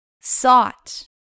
sought